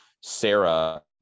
Sarah